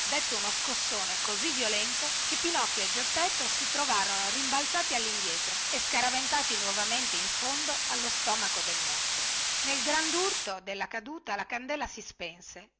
dette uno scossone così violento che pinocchio e geppetto si trovarono rimbalzati allindietro e scaraventati novamente in fondo allo stomaco del mostro nel grandurto della caduta la candela si spense